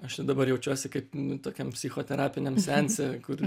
aš ir dabar jaučiuosi kaip nu tokiam psichoterapiniam seanse kur